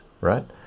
right